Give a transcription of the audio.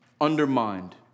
undermined